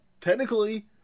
technically